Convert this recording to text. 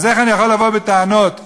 אז איך אני יכול לבוא בטענות לשמאל,